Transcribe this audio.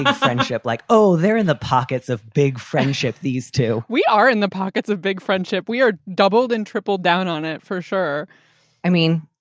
friendship, like, oh, they're in the pockets of big friendship, these two we are in the pockets of big friendship. we are doubled and tripled down on it for sure i mean,